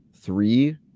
three